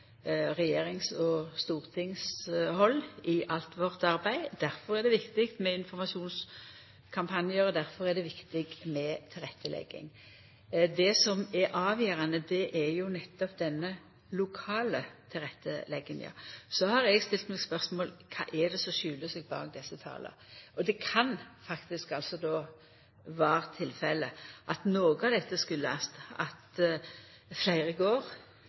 og storting i alt vårt arbeid. Difor er det viktig med informasjonskampanjar, og difor er det viktig med tilrettelegging. Det som er avgjerande, er nettopp den lokale tilrettelegginga. Så har eg stilt meg spørsmålet: Kva er det som skjuler seg bak desse tala? Det kan faktisk vera tilfellet at noko av dette kjem av at fleire går,